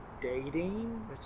dating